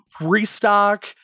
restock